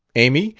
amy,